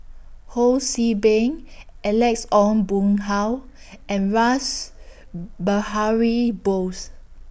Ho See Beng Alex Ong Boon Hau and Rash Behari Bose